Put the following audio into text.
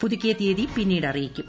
പുതുക്കിയ തീയതി പിന്നീട് അറിയിക്കും